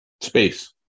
Space